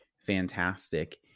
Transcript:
fantastic